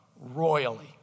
royally